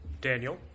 Daniel